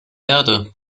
erde